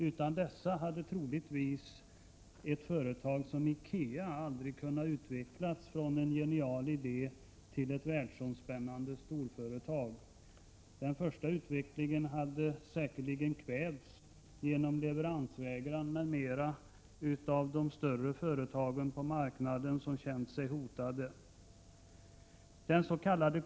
Utan dessa hade troligtvis ett företag som IKEA aldrig kunnat utvecklas från en genial idé till ett världsomspännande storföretag. Den första utvecklingen hade säkerligen kvävts genom leveransvägran m.m. av de större företag på marknaden som känt sig hotade.